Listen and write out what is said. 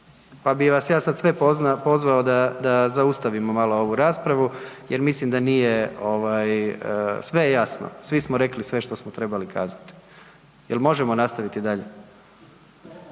pa bi vas ja sad sve pozvao da zaustavimo malo ovu raspravu jer mislim da nije, sve je jasno, svi smo rekli sve što smo trebali kazat. Jel možemo nastaviti dalje?